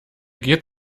geht